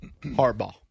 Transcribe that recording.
Harbaugh